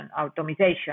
automation